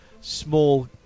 small